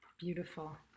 Beautiful